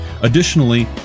Additionally